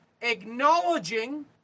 acknowledging